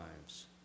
lives